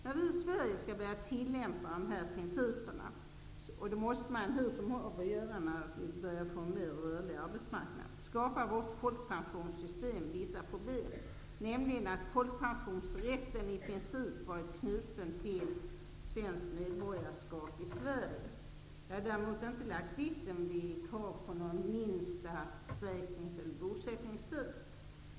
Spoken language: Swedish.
När vi i Sverige skall börja tillämpa dessa principer -- och det måste vi göra när vi får en mer rörlig arbetsmarknad -- skapar vårt folkpensionssystem vissa problem, nämligen att folkpensionsrätten i princip varit knuten till svenskt medborgarskap i Sverige. Vi har däremot inte lagt vikten vid krav på någon minsta försäkrings eller bosättningstid.